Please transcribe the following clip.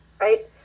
right